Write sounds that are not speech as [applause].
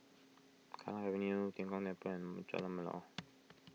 Kallang Avenue Tian Kong [unintelligible] Jalan Melor